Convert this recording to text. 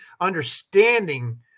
understanding